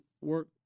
work